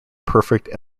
perfect